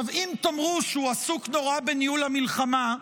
אם תאמרו שהוא עסוק נורא בניהול המלחמה,